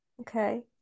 Okay